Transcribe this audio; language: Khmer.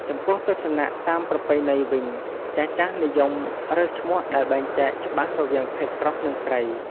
ចំពោះទស្សនៈតាមប្រពៃណីវិញ ចាស់ៗនិយមរើសឈ្មោះដែលបែងចែកច្បាស់រវាងភេទប្រុស និង ស្រី។